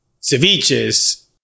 ceviches